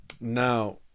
Now